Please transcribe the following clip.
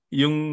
yung